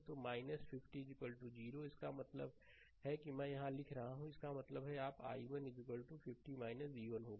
तो 50 0 इसका मतलब है मैं यहां लिख रहा हूं इसका मतलब है आपका i1 50 v1 होगा